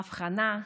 אבחנה,